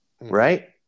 right